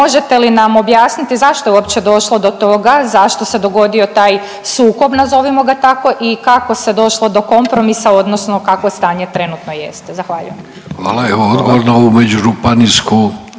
možete li nam objasniti zašto je uopće došlo do toga, zašto se dogodio taj sukob nazovimo ga tako i kako se došlo do kompromisa odnosno kakvo stanje trenutno jeste? Zahvaljujem. **Vidović, Davorko